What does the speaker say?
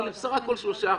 אמרו לי בסך הכול 3%,